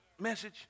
message